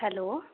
hello